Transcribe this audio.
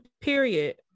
period